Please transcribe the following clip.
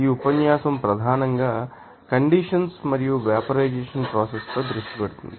ఈ ఉపన్యాసం ప్రధానంగా కండెన్సషన్ మరియు వెపరైజెషన్ప్రోసెస్ పై దృష్టి పెడుతుంది